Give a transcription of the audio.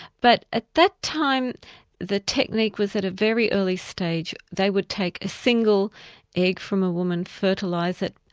but at that time the technique was at a very early stage. they would take a single egg from a woman, fertilise it,